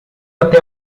até